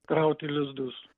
krauti lizdus